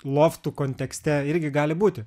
loftų kontekste irgi gali būti